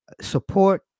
support